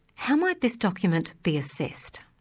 how might this document be assessed?